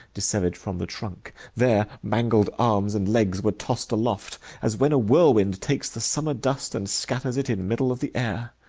dissevered from the trunk, there mangled arms and legs were tossed aloft, as when a whirl wind takes the summer dust and scatters it in middle of the air.